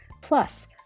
Plus